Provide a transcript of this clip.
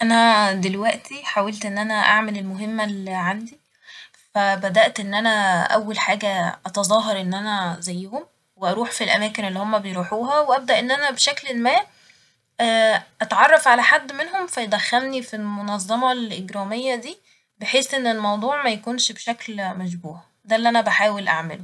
أنا دلوقتي حاولت إن أنا أعمل المهمة اللي عندي فبدأت إن أنا أول حاجة أتظاهر إن أنا زيهم وأروح في الأماكن اللي هما بيروحوها وأبدأ إن أنا بشكل ما أتعرف على حد منهم فيدخلني في المنظمة الإجرامية دي بحيث إن الموضوع ميكونش بشكل مشبوه ، ده اللي أنا بحاول أعمله